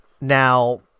Now